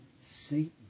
Satan